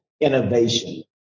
innovation